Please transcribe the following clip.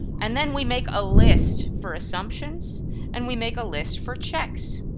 and then we make a list for assumptions and we make a list for checks.